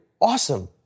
awesome